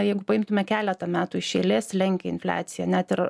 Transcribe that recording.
jeigu paimtume keletą metų iš eilės lenkia infliaciją net ir